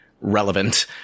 relevant